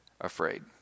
afraid